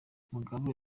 mugabe